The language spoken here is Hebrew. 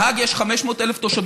זה יקרה במהלך חצי השנה